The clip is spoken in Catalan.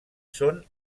són